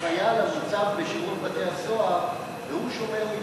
שחייל המוצב בשירות בתי-הסוהר, והוא שומר מצוות,